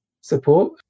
support